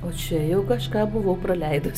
o čia jau kažką buvau praleidus